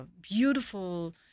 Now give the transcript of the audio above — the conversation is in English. beautiful